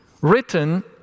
written